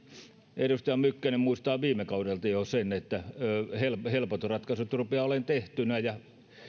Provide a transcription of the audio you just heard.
edustaja mykkänen muistaa viime kaudelta jo sen että helpot helpot ratkaisut rupeavat olemaan tehtyjä ja